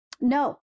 no